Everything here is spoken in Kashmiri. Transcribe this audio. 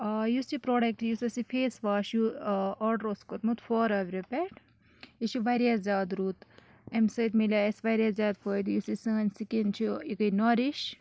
یُس یہِ پرٛوٚڈَکٹ یُس اَسہِ یہِ فیس واش آرڈَر اوس کوٚرمُت فارایورٕ پٮ۪ٹھ یہِ چھِ واریاہ زیادٕ رُت اَمہِ سۭتۍ مِلے اَسہِ واریاہ زیادٕ فٲیدٕ یُس یہِ سٲنۍ سِکِن چھِ یہِ گٔے نٔرِش